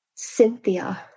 Cynthia